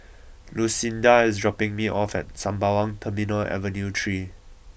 Lucinda is dropping me off at Sembawang Terminal Avenue three